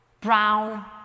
Brown